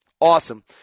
Awesome